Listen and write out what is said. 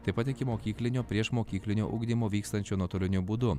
taip pat ikimokyklinio priešmokyklinio ugdymo vykstančio nuotoliniu būdu